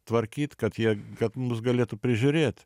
tvarkyt kad jie kad mus galėtų prižiūrėt